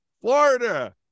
Florida